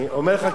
אני אומר לך,